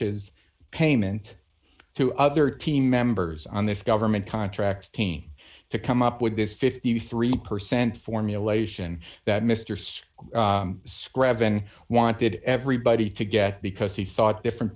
chiz payment to other team members on this government contract team to come up with this fifty three percent formulation that mister scrafton wanted everybody to get because he thought different